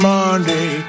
Monday